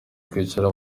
kwicara